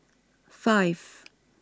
five